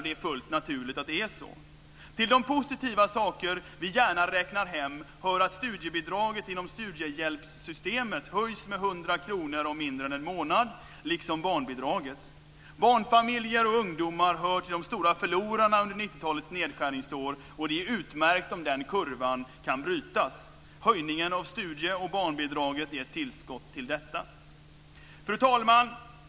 Det är fullt naturligt att det är så. Till de positiva saker som vi gärna räknar hem hör att studiebidraget inom studiehjälpssystemet liksom barnbidraget höjs med 100 kr om mindre än en månad. Barnfamiljer och ungdomar hör till de stora förlorarna under 90-talets nedskärningsår, och det är utmärkt om den kurvan kan brytas. Höjningen av studie och barnbidraget är ett tillskott till detta. Fru talman!